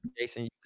Jason